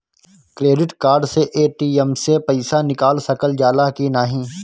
Credit card से ATM से पइसा निकाल सकल जाला की नाहीं?